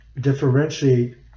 differentiate